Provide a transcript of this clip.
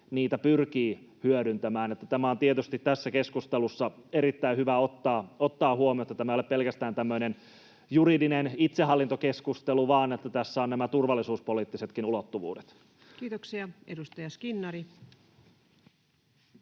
niitä pyrkii hyödyntämään. Tämä on tietysti tässä keskustelussa erittäin hyvä ottaa huomioon, että tämä ei ole pelkästään juridinen itsehallintokeskustelu vaan että tässä on nämä turvallisuuspoliittisetkin ulottuvuudet. [Speech 147] Speaker: